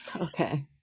Okay